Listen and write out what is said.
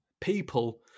people